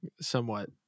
somewhat